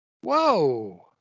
whoa